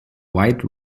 white